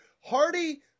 Hardy